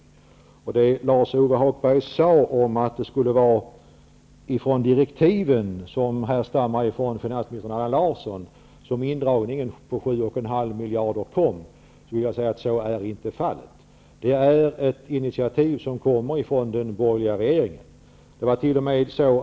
miljarder kronor fanns med i direktiven som härstammade från förre finansministern Allan Larsson. Så är inte fallet. Det är ett initiativ som kommer från den borgerliga regeringen.